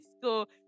school